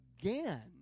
again